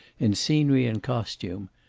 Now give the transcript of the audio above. in scenery and costume.